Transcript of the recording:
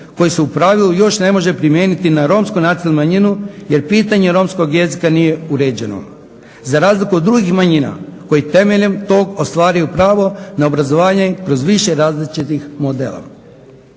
koji se u pravilu još ne može primijeniti na romsku nacionalnu manjinu jer pitanje romskog jezika nije uređeno, za razliku od drugih manjina koje temeljem tog ostvaruju pravo na obrazovanje kroz više različitih modela.